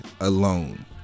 alone